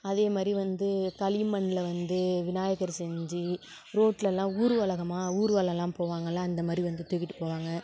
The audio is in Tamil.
அதேமாதிரி வந்து களிமண்ணில் வந்து விநாயகர் செஞ்சு ரோட்டிலலாம் ஊர்வலகமா ஊர்வலல்லாம் போவாங்கல்ல அந்தமாதிரி வந்து தூக்கிட்டுப் போவாங்க